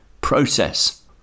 process